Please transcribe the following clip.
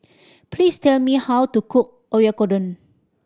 please tell me how to cook Oyakodon